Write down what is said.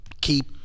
keep